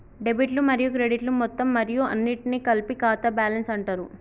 డెబిట్లు మరియు క్రెడిట్లు మొత్తం మరియు అన్నింటినీ కలిపి ఖాతా బ్యాలెన్స్ అంటరు